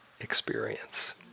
experience